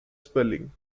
spelling